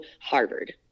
Harvard